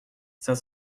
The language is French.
cinq